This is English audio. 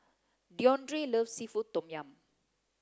Deondre loves seafood Tom Yum